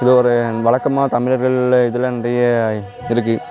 இதை ஒரு வழக்கமா தமிழர்கள்ல இதெலாம் நிறைய இருக்கு